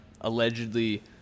allegedly